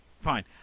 Fine